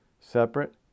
Separate